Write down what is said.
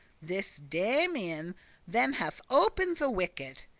this damian then hath opened the wicket,